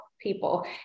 people